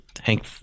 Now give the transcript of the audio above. Hank